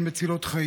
הן מצילות חיים.